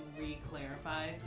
re-clarify